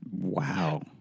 Wow